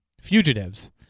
fugitives